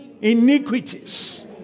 iniquities